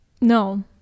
no